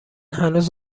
هنوز